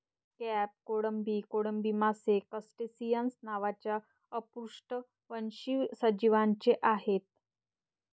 crab, कोळंबी, कोळंबी मासे क्रस्टेसिअन्स नावाच्या अपृष्ठवंशी सजीवांचे आहेत